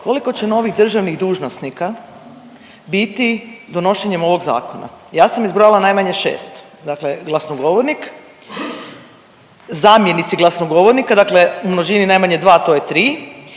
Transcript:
koliko će novih državnih dužnosnika biti donošenjem ovog Zakona? Ja sam izbrojala najmanje 6, dakle glasnogovornik, zamjenici glasnogovornika, dakle u množini, najmanje 2, to je 3,